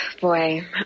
boy